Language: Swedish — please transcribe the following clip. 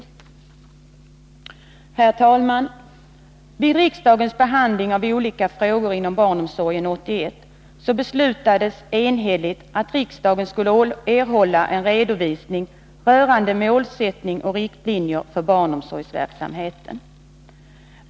Herr talman! Vid riksdagens behandling av olika frågor inom barnomsorgen 1981 beslutades enhälligt att riksdagen skulle erhålla en redovisning rörande målsättning och riktlinjer för barnomsorgsverksamheten.